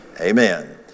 Amen